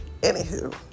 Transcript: Anywho